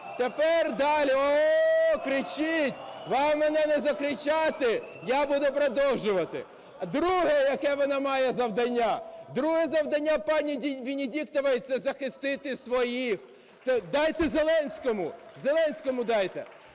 Тепер далі. О! Кричіть, вам мене не закричати, я буду продовжувати. Друге, яке вона має завдання. Друге завдання пані Венедіктової – це захистити своїх. (Дайте Зеленському, Зеленському дайте).